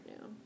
now